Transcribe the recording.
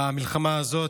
במלחמה הזאת,